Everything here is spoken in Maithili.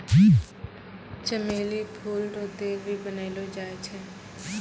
चमेली फूल रो तेल भी बनैलो जाय छै